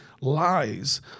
lies